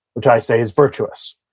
which i say is virtuous.